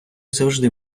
завжди